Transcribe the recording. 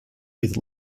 with